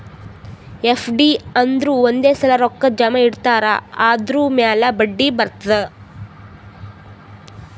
FD ಅಂದುರ್ ಒಂದೇ ಸಲಾ ರೊಕ್ಕಾ ಜಮಾ ಇಡ್ತಾರ್ ಅದುರ್ ಮ್ಯಾಲ ಬಡ್ಡಿ ಬರ್ತುದ್